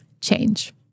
change